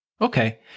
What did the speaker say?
Okay